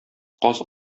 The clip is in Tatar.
каз